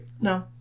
No